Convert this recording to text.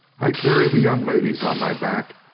i carry the young ladies on my back,